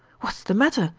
what is the matter?